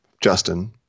Justin